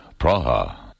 Praha